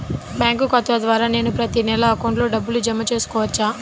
Bank ఖాతా ద్వారా నేను ప్రతి నెల అకౌంట్లో డబ్బులు జమ చేసుకోవచ్చా?